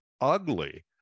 ugly